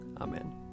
Amen